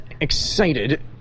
excited